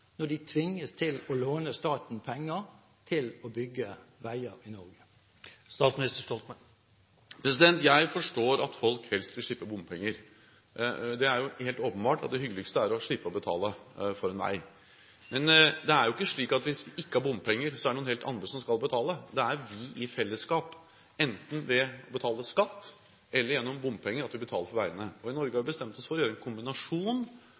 når de tvinges til å låne staten penger til å bygge veier i Norge? Jeg forstår at folk helst vil slippe bompenger. Det er jo helt åpenbart at det hyggeligste er å slippe å betale for en vei. Men det er jo ikke slik at hvis vi ikke har bompenger, er det noen helt andre som skal betale. Det er vi i fellesskap, enten ved å betale skatt eller gjennom bompenger, som betaler for veiene. I Norge har vi bestemt oss for en kombinasjon: